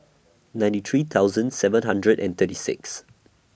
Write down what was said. ninety three thousand seven hundred and thirty six